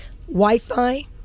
Wi-Fi